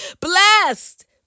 Blessed